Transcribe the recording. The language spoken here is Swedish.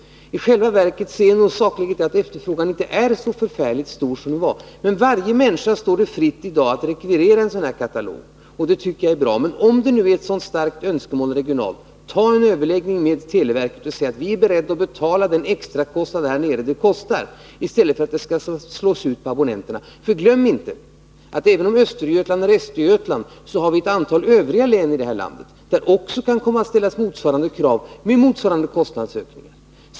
I själva verket är efterfrågan inte så förfärligt stor. Det står i dag varje människa fritt att rekvirera katalogen, och det tycker jag är bra. Men om det nu är ett så starkt önskemål i regionen, ta då en överläggning med televerket och säg att ni är beredda att betala den extra kostnad som detta skulle medföra i stället för att det skall slås ut på alla abonnenter. Glöm inte att vi förutom Östergötland har ett antal andra län här i landet, där det kan komma att ställas motsvarande krav med motsvarande kostnadsökningar.